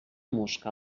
mosca